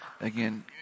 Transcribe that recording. Again